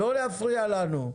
לא להפריע לנו.